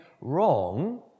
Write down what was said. wrong